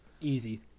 Easy